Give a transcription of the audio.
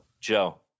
Joe